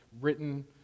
written